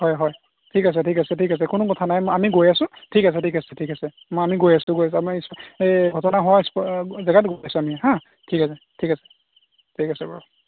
হয় হয় ঠিক আছে ঠিক আছে ঠিক আছে কোনো কথা নাই আমি গৈ আছে ঠিক আছে ঠিক আছে ঠিক আছে মই আমি গৈ আছোঁ গৈ আছোঁ আপোনাৰ এই ঘটনা হোৱা জেগাটুকুৰ পাইছোঁ আমি হা ঠিক আছে ঠিক আছে ঠিক আছে বাৰু